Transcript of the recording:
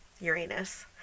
Uranus